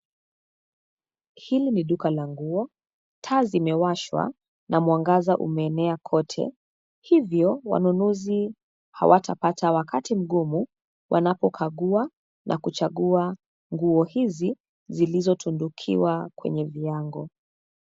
Hili ni duka la nguo, taa zimewashwa, na mwangaza umeenea kote. Hivyo wanunuzi hawatapata wakati mgumu, wanapokagua na kuchagua nguo hizi zilizotundukiwa kwenye viango.